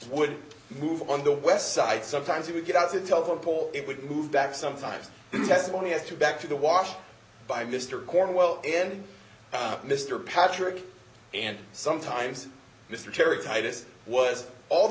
would move on the west side sometimes he would get a telephone pole it would move back sometimes one has to back to the watch by mr cornwell and mr patrick and sometimes mr terry titus was all the